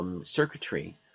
circuitry